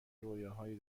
رویاهایی